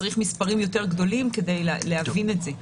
צריך מספרים יותר גדולים כדי להבין את זה.